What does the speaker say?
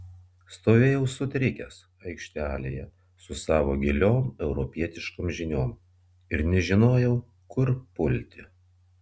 stovėjau sutrikęs aikštelėje su savo giliom europietiškom žiniom ir nežinojau kur pulti